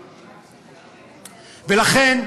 ולכן,